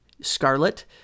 Scarlet